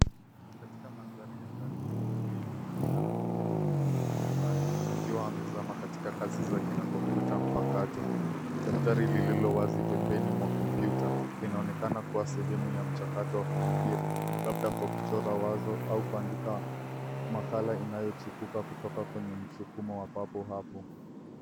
Katika mandhari ya ndani yenye utulivu, kijana ameketi kwa umakini mezani, akiwa amezama katika kazi zake na kompyuta mpakato. Daftari lililo wazi pembeni mwa kompyuta, linaonekana kuwa sehemu ya mchakato wa kufikiri. Labda kwa kuchora wazo au kuandika makala inayochipuka kutoka kwenye msukumo wa papo hapo.